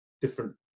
different